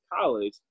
college